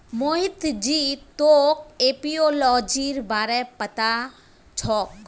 मोहित जी तोक एपियोलॉजीर बारे पता छोक